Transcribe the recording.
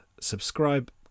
subscribe